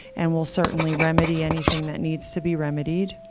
and we'll certainly remedy anything that needs to be remedied.